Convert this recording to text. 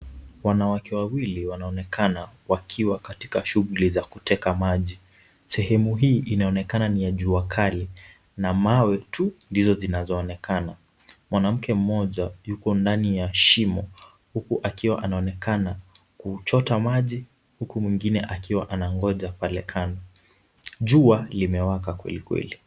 Wanawake wawili wanaonekana wakiwa katika shughuli za kuteka maji. Sehemu hii inaonekana ni ya jua kali na mawe tu ndizo zinazoonekana. Mwanamke mmoja yuko ndani ya shimo huku akiwa anaonekana kuchota maji, huku mwingine akiwa anangoja pale kando. Jua limewaka kweli kweli.